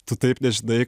tu taip nežinai